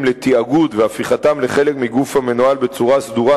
לתאגוד והפיכתם לחלק מגוף המנוהל בצורה סדורה,